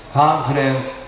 confidence